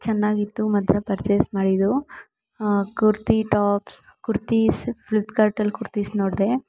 ಚೆನ್ನಾಗಿತ್ತು ಮಾತ್ರ ಪರ್ಚೇಸ್ ಮಾಡಿದ್ದು ಕುರ್ತಿ ಟಾಪ್ಸ್ ಕುರ್ತೀಸ್ ಫ್ಲಿಪ್ಕಾರ್ಟಲ್ಲಿ ಕುರ್ತೀಸ್ ನೋಡಿದೆ